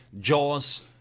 Jaws